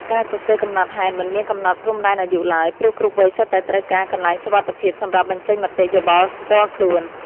ការសរសេរកំណត់ហេតុមិនមានកំណត់ព្រំដែនអាយុឡើយ ព្រោះគ្រប់វ័យសុទ្ធតែត្រូវការកន្លែងសុវត្ថិភាពសម្រាប់បញ្ចេញមតិយោបល់ផ្ទាល់ខ្លួន។